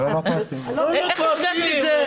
איך הרגשת את זה?